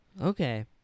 Okay